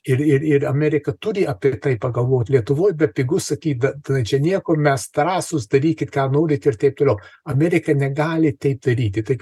ir ir ir amerika turi apie tai pagalvot lietuvoj bepigu sakyt bet čia nieko mes drąsūs darykit ką norit ir taip toliau amerika negali taip daryti tai